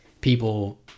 people